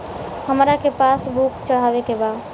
हमरा के पास बुक चढ़ावे के बा?